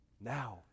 now